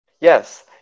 yes